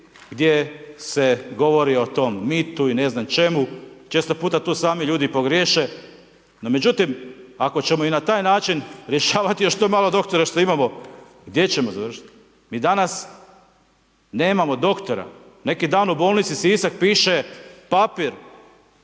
gdje se govori o tom mitu i ne znam čemu. Često puta tu sami ljudi pogriješe. No međutim ako ćemo i na taj način rješavati još to malo doktora što imamo gdje ćemo završiti? Mi danas nemamo doktora. Neki dan u bolnici Sisak piše papir